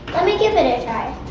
let me give it a try.